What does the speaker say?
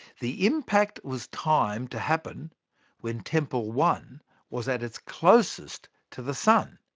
the impact was timed to happen when tempel one was at its closest to the sun.